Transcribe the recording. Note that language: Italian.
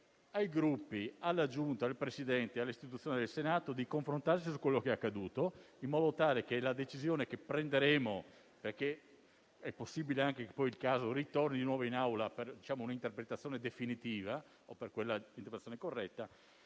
ai Gruppi, alla Giunta, al Presidente e all'istituzione del Senato di confrontarsi su quello che è accaduto, in modo tale che la decisione che prenderemo - perché è possibile che il caso torni in Aula per un'interpretazione definitiva o corretta